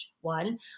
one